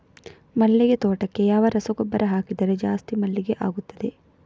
ಮಲ್ಲಿಗೆ ತೋಟಕ್ಕೆ ಯಾವ ರಸಗೊಬ್ಬರ ಹಾಕಿದರೆ ಜಾಸ್ತಿ ಮಲ್ಲಿಗೆ ಆಗುತ್ತದೆ?